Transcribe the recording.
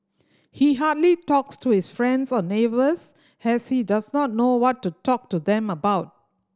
he hardly talks to his friends or neighbours has he does not know what to talk to them about